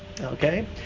okay